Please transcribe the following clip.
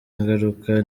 ingaruka